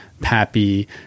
Pappy